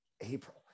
April